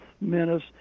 menace